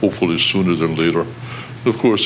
hopefully as soon as the leader of course